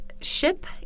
ship